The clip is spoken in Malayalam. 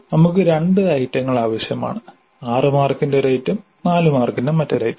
നമുക്ക് രണ്ട് ഐറ്റങ്ങൾ ആവശ്യമാണ് 6 മാർക്കിന്റെ ഒരു ഐറ്റം 4 മാർക്കിന്റെ മറ്റൊരു ഐറ്റം